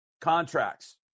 contracts